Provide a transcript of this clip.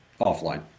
offline